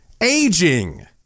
aging